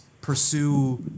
pursue